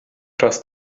trust